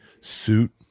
suit